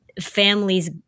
families